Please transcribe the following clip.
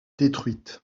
détruites